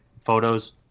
photos